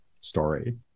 story